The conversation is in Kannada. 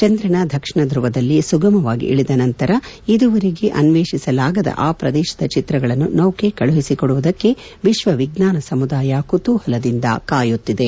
ಚಂದ್ರನ ದಕ್ಷಿಣ ಧುವದಲ್ಲಿ ಸುಗಮವಾಗಿ ಇಳಿದ ನಂತರ ಇದುವರೆವಿಗೆ ಅನ್ವೇಷಿಸಲಾಗದ ಆ ಪ್ರದೇಶದ ಚಿತ್ರಗಳನ್ನು ನೌಕೆ ಕಳುಹಿಸಿಕೊಡುವುದಕ್ಕೆ ವಿಶ್ವ ವಿಜ್ಞಾನ ಸಮುದಾಯ ಕುತೂಪಲದಿಂದ ಕಾಯುತ್ತಿದೆ